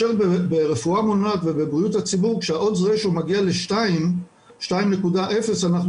ברפואה מונעת ובבריאות הציבור כשה-odds ratio מגיע ל-2.0 אנחנו